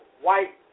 white